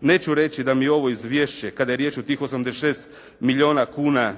neću reći da mi je ovo izvješće, kada je riječ o tih 86 milijuna kuna,